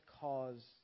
cause